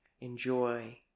enjoy